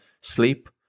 sleep